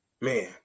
Man